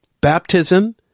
Baptism